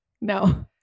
No